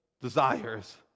desires